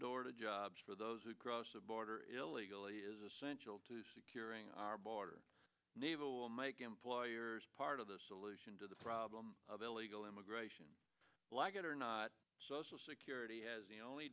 door to jobs for those who cross the border illegally is essential to securing our border naval make employers part of the solution to the problem of illegal immigration like it or not social security has the only